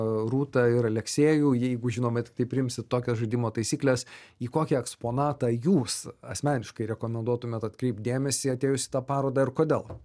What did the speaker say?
rūtą ir aleksiejų jeigu žinoma tiktai priimsit tokias žaidimo taisyklės į kokį eksponatą jūs asmeniškai rekomenduotumėt atkreipt dėmesį atėjus į parodą ir kodėl